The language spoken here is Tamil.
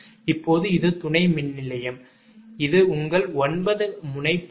இப்போது இது துணை மின்நிலையம் இது உங்கள் 9 முனை பிரச்சனை